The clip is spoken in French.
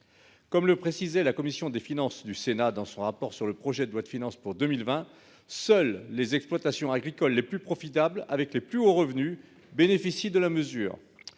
comme l'a précisé la commission des finances du Sénat dans son rapport général sur le projet de loi de finances pour 2020, seules les exploitations agricoles les plus profitables, avec les plus hauts revenus, bénéficient de la mesure.